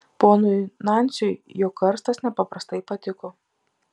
ponui nansiui jo karstas nepaprastai patiko